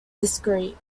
discrete